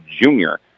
junior